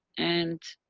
and,